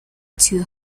too